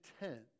content